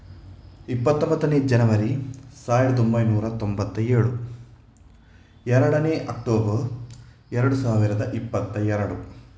ಇಪ್ಪತ್ತೊಂಬತ್ತನೇ ಜನವರಿ ಸಾವಿರದೊಂಬೈನೂರ ತೊಂಬತ್ತ ಏಳು ಎರಡನೇ ಅಕ್ಟೋಬರ್ ಎರಡು ಸಾವಿರದ ಇಪ್ಪತ್ತ ಎರಡು